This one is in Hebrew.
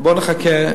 בואו נחכה.